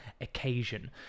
occasion